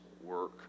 work